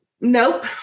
Nope